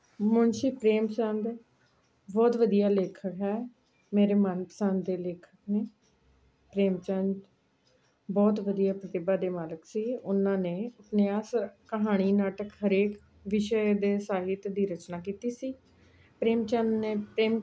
ਮੁਨਸ਼ੀ ਪ੍ਰੇਮ ਚੰਦ ਬਹੁਤ ਵਧੀਆ ਲੇਖਕ ਹੈ ਮੇਰੇ ਮਨ ਪਸੰਦ ਦੇ ਲੇਖਕ ਨੇ ਪ੍ਰੇਮ ਚੰਦ ਬਹੁਤ ਵਧੀਆ ਪ੍ਰਤੀਭਾ ਦੇ ਮਾਲਕ ਸੀ ਉਹਨਾਂ ਨੇ ਆਪਣੀਆਂ ਸ ਕਹਾਣੀ ਨਾਟਕ ਹਰੇਕ ਵਿਸ਼ੇ ਦੇ ਸਾਹਿਤ ਦੀ ਰਚਨਾ ਕੀਤੀ ਸੀ ਪ੍ਰੇਮ ਚੰਦ ਨੇ ਪ੍ਰੇਮ